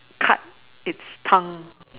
cut its tongue